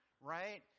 right